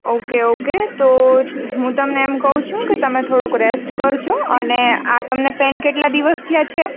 okay okay તો હું તમને એમ કહું છું કે તમે થોડોક રેસ્ટ કરજો અને આ તમને પેન કેટલા દિવસ થયા છે